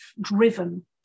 driven